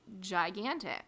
gigantic